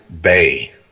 Bay